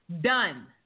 Done